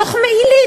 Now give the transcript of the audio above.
לוחמי עילית,